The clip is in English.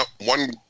one